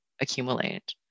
accumulate